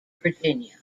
virginia